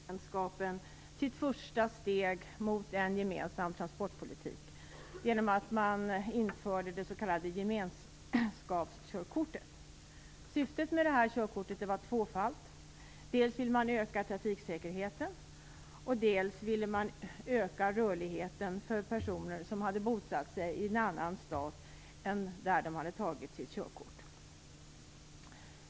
Herr talman! Redan 1980 tog dåvarande Europeiska gemenskapen sitt första steg mot en gemensam transportpolitik genom att införa det s.k. gemenskapskörkortet. Syftet med detta körkort var tvåfalt. Dels ville man öka trafiksäkerheten, dels ville man öka rörligheten för personer som hade bosatt sig i en annan stat än där de hade tagit sitt körkort.